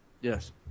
Yes